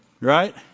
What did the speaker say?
Right